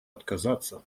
отказаться